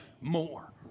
more